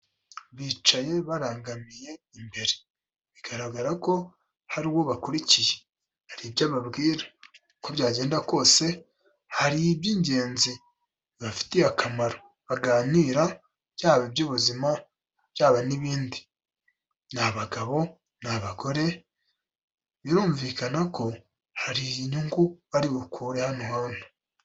Bicaye barangamiye imbere bigaragara ko hari uwo bakurikiye hari ibyo ababwira, uko byagenda kose hari iby'ingenzi bifitiye akamaro baganira byaba iby'ubuzima byaba n'ibindi, ni abagabo ni abagore birumvikana ko hari inyungu bari bukure hano hantu.